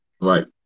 Right